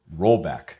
rollback